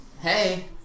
Hey